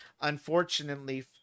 unfortunately